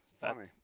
Funny